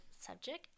subject